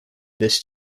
this